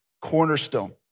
cornerstone